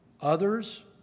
Others